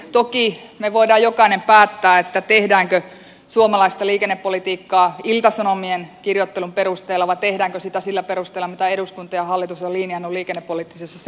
toki me voimme jokainen päättää tehdäänkö suomalaista liikennepolitiikkaa ilta sanomien kirjoittelun perusteella vai tehdäänkö sitä sillä perusteella mitä eduskunta ja hallitus ovat linjanneet liikennepoliittisessa selonteossa